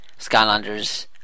Skylanders